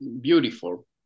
beautiful